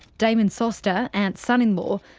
damon soster, ant's son in law,